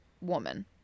woman